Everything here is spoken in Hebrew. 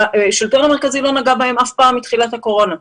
השלטון המרכזי אף פעם לא נגע בהם מתחילת הקורונה.